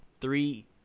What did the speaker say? three